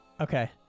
Okay